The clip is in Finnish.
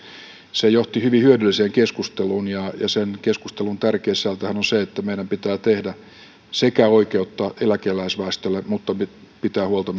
se johti hyvin hyödylliseen keskusteluun ja sen keskustelun tärkein sisältöhän on se että meidän pitää tehdä sekä oikeutta eläkeläisväestölle että pitää huolta